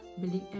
building